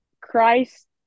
Christ